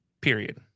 Period